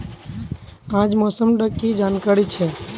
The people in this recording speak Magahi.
आज मौसम डा की जानकारी छै?